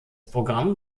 programm